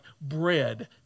bread